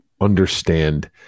understand